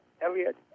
Elliott